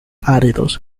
áridos